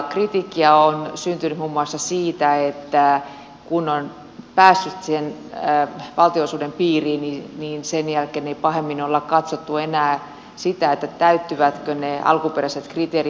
kritiikkiä on syntynyt muun muassa siitä että kun on päässyt sen valtionosuuden piiriin niin sen jälkeen ei pahemmin ole katsottu enää sitä täyttyvätkö ne alkuperäiset kriteerit vai ei